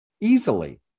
easily